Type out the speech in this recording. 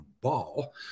ball